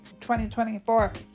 2024